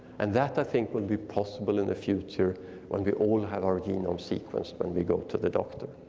and that i think will be possible in the future when we all have our genome sequence when we go to the doctor.